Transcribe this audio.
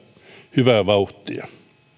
hyvää vauhtia